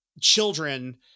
children